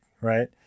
right